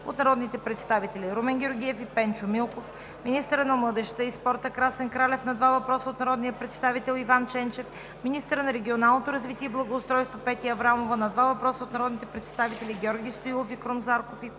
от народните представители Румен Георгиев и Пенчо Милков; министърът на младежта и спорта Красен Кралев – на два въпроса от народния представител Иван Ченчев; министърът на регионалното развитие и благоустройството Петя Аврамова – на два въпроса от народните представители Георги Стоилов, Крум Зарков